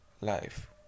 life